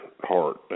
heart